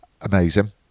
Amazing